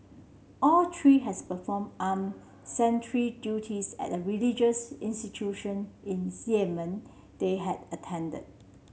all three has performed armed sentry duties at a religious institution in Yemen they had attended